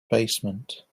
basement